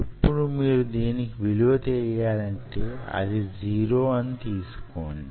ఇప్పుడు మీకు దీని విలువ తెలియాలంటే అది 0 అని తెలుసుకోండి